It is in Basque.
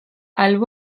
albo